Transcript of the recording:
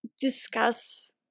discuss